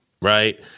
right